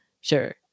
Sure